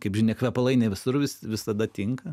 kaip žinia kvepalai ne visur visada tinka